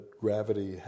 gravity